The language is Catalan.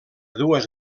dues